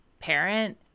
parent